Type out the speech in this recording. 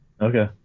Okay